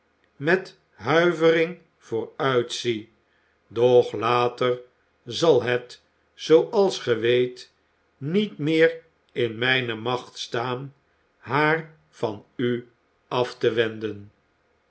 met huivering vooruit zie doch later zal het zooals gij weet niet meer in mijne macht staan haar van u af te wenden